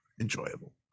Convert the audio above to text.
enjoyable